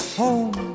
home